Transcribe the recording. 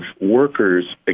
workers